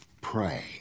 pray